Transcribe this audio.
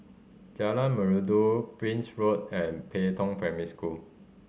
Jalan Merdu Prince Road and Pei Tong Primary School